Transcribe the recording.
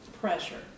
pressure